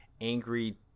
angry